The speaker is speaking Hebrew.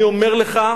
אני אומר לך: